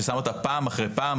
ששם אותה פעם אחרי פעם,